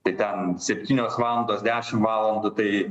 tai ten septynios valandos dešim valandų tai